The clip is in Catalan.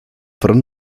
front